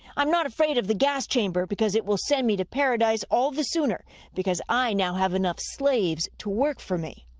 i'm not afraid of the gas chamber because it will send me to paradise all the sooner because i have enough slaves to work for me.